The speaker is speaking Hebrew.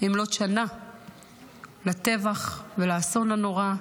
במלאות שנה לטבח ולאסון הנורא,